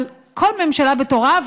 אבל כל ממשלה בתורה,